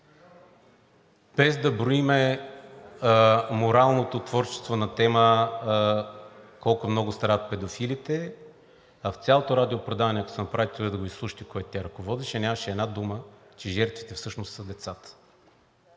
Без да броим моралното творчество на тема „Колко много страдат педофилите“, а в цялото радиопредаване, ако си направите труда да го изслушате, което тя ръководеше, нямаше една дума, че жертвите всъщност са децата.